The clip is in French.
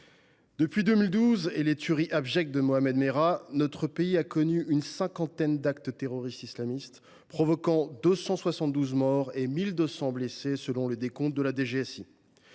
depuis 2012 et les tueries abjectes de Mohammed Merah, notre pays a connu une cinquantaine d’actes terroristes islamistes, provoquant 272 morts et 1 200 blessés selon le décompte de la DGSI.